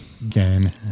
Again